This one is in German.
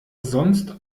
sonst